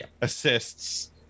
assists